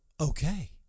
okay